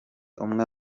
umwe